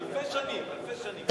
אלפי שנים, אלפי שנים.